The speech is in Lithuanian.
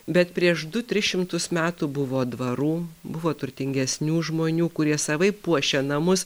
bet prieš du tris šimtus metų buvo dvarų buvo turtingesnių žmonių kurie savaip puošė namus